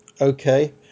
Okay